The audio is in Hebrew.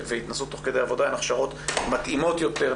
הן הכשרות מתאימות יותר,